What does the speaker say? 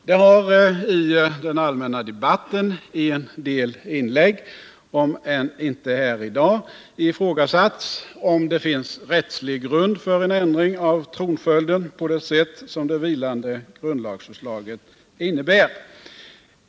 Det har i den allmänna debatten i en del inlägg, om än inte här i dag, ifrågasatts om det finns rättslig grund för en ändring av tronföljden på det sätt som det vilande grundlagsförslaget innebär.